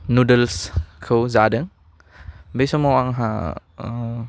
नुडोलसखौ जादों बे समाव आंहा आह